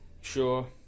Sure